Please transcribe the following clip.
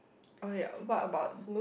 okay what about